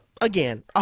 again